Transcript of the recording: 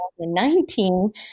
2019